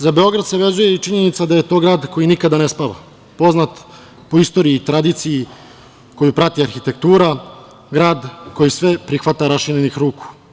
Za Beograd se vezuje i činjenica da je to grad koji nikada ne spava, poznat po istoriji i tradiciji koju prati arhitektura, grad koji sve prihvata raširenih ruku.